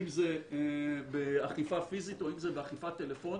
אם זה באכיפה פיזית או אם זה באכיפה טלפונית,